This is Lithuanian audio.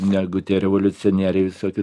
negu tie revoliucionieriai visoki